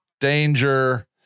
danger